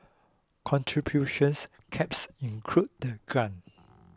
contributions caps include the grant